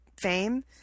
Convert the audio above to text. Fame